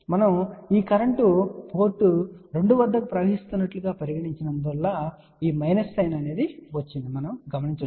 మనము ఈ current port 2 వద్దకు ప్రవహిస్తున్నట్లు గా పరిగణించి నందున ఈ మైనస్ సైన్ వచ్చినట్లు మీరు గమనించవచ్చు